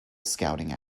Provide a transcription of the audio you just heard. scouting